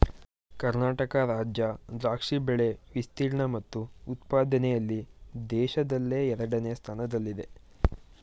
ಕರ್ನಾಟಕ ರಾಜ್ಯ ದ್ರಾಕ್ಷಿ ಬೆಳೆ ವಿಸ್ತೀರ್ಣ ಮತ್ತು ಉತ್ಪಾದನೆಯಲ್ಲಿ ದೇಶದಲ್ಲೇ ಎರಡನೇ ಸ್ಥಾನದಲ್ಲಿದೆ